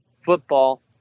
football